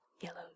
yellow